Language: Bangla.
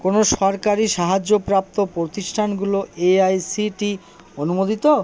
কোনও সরকারি সাহায্যপ্রাপ্ত প্রতিষ্ঠানগুলো এআইসিটি অনুমোদিত